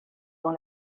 dans